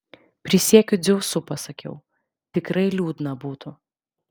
prisiekiu dzeusu pasakiau tikrai liūdna būtų